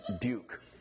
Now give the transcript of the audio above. Duke